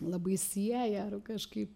labai sieja ar kažkaip